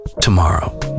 tomorrow